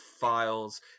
Files